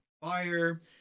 fire